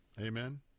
Amen